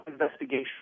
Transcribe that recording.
investigation